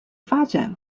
发展